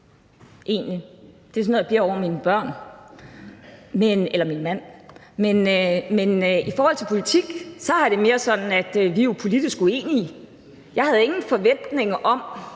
Det er sådan noget, jeg bliver over mine børn eller min mand. Men i forhold til politik er det mere sådan, at vi jo er politisk uenige. Jeg havde ingen forventninger på